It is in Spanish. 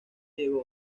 diego